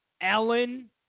Ellen